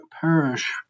Parish